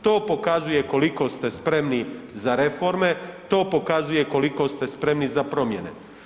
To pokazuje koliko ste spremni za reforme, to pokazuje koliko ste spremni za promjene.